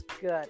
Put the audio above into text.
good